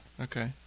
okay